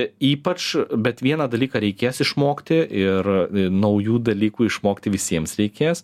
ypač bet vieną dalyką reikės išmokti ir naujų dalykų išmokti visiems reikės